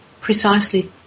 Precisely